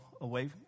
away